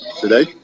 today